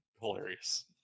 hilarious